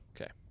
Okay